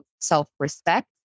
self-respect